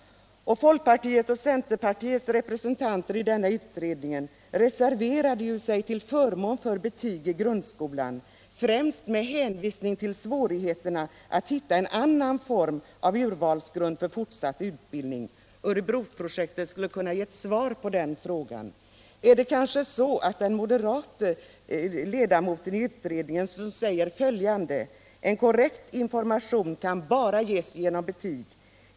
Folkpartiets och centerpartiets representanter i denna utredning reserverade sig ju till förmån för betyg i grundskolan, främst med hänvisning till svårigheterna att hitta en annän form av urvalsgrund för fortsatt utbildning. Örebroprojektet skulle kunna ge svar på den frågan. Är det kanske vad den moderate ledamoten i utredningen säger som ligger till grund för resonemanget? Han säger följande: ”En korrekt information kan bara ges genom betyg.